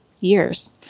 years